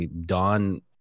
Don